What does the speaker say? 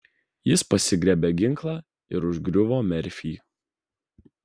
jis pasigriebė ginklą ir užgriuvo merfį